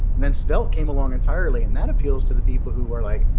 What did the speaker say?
and then svelte came along entirely, and that appeals to the people who are like,